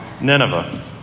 Nineveh